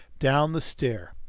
down the stair.